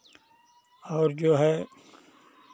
और जो है